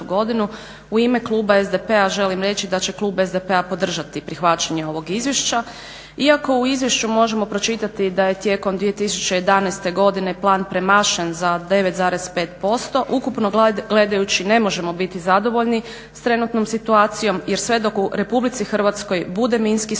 u ime kluba SDP-a želim reći da će klub SDP-a podržati prihvaćanje ovog izvješća iako u izvješću možemo pročitati da je tijekom 2011. godine plan premašen za 9,5% ukupno gledajući ne možemo biti zadovoljni s trenutnom situacijom jer sve dok u RH bude minski sumnjivih